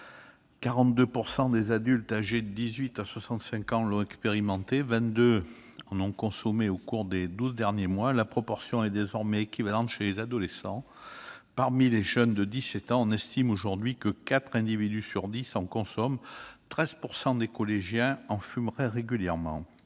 42 % des adultes âgés de 18 à 65 ans l'ont déjà expérimentée et 22 % en ont consommé au cours des douze derniers mois. La proportion est désormais équivalente chez les adolescents : parmi les jeunes de 17 ans, on estime aujourd'hui que quatre individus sur dix consomment du cannabis et 13 % des collégiens en fumeraient régulièrement.